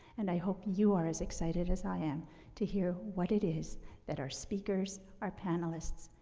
and i hope you are as excited as i am to hear what it is that our speakers, our panelists,